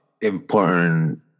important